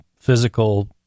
physical